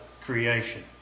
creation